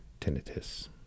tinnitus